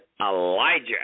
Elijah